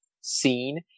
seen